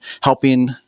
helping